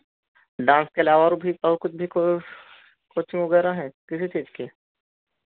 dance के अलावा और कुछ भी कोर्स कोचिंग वगैरह है किसी चीज़ की